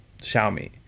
Xiaomi